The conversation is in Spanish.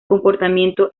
comportamiento